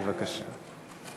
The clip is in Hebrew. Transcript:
בבקשה.